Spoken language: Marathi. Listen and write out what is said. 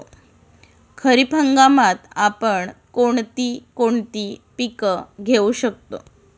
खरीप हंगामात आपण कोणती कोणती पीक घेऊ शकतो?